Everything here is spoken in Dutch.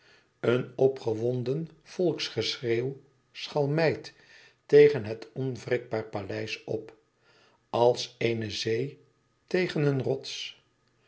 een opgewonden volksgeschreeuw schalmeit tegen het onwrikbaar paleis op als eene zee tegen een rots